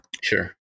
Sure